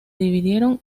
dividieron